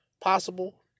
Possible